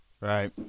Right